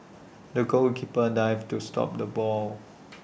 the goal A keeper dived to stop the ball